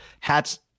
Hats